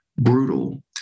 brutal